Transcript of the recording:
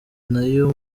n’ayo